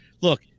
look